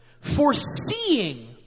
foreseeing